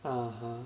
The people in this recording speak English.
(uh huh)